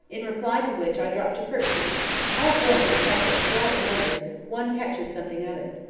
in reply to which i dropped a curtsey all foreigners have such polite manners, one catches something of it.